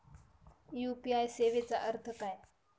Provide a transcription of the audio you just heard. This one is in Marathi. यू.पी.आय सेवेचा अर्थ काय?